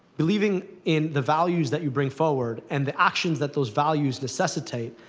believing in the values that you bring forward, and the actions that those values necessitate,